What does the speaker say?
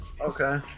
Okay